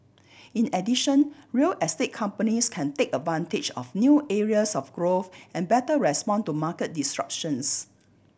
in addition real estate companies can take advantage of new areas of growth and better respond to market disruptions